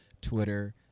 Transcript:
Twitter